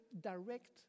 direct